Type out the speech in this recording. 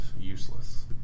useless